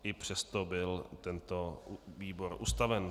I přesto byl tento výbor ustaven.